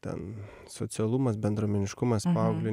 ten socialumas bendruomeniškumas paaugliui